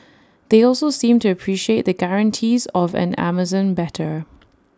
and they also seemed to appreciate the guarantees of an Amazon better